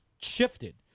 shifted